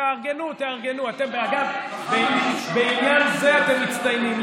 תארגנו, תארגנו, בעניין זה אתם מצטיינים.